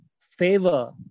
favor